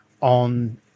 on